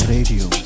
Radio